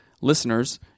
listeners